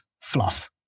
fluff